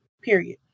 Period